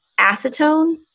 acetone